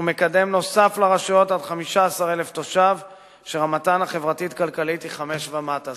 ומקדם נוסף לרשויות עד 15,000 תושבים שרמתן החברתית-כלכלית היא 5 ומטה.